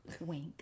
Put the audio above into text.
Wink